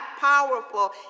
Powerful